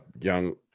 young